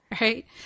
right